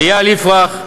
איל יפרח,